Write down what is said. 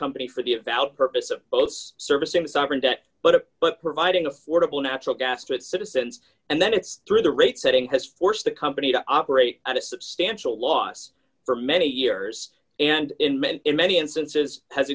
company for the a valid purpose of both servicing sovereign debt but but providing affordable natural gas to its citizens and that it's through the rate setting has forced the company to operate at a substantial loss for many years and in many many instances has